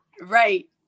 right